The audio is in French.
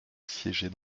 siéger